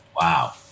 wow